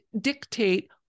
dictate